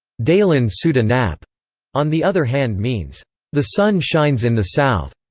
delen sut a nap on the other hand means the sun shines in the south,